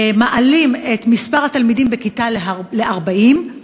מעלים את כמות התלמידים בכיתה ל-40,